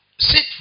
sit